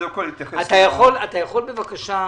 אתה יכול להתחיל